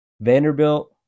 Vanderbilt